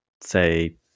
say